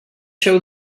show